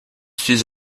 suis